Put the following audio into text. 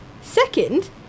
Second